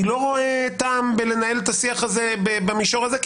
אני לא רואה טעם בלנהל את השיח הזה במישור הזה,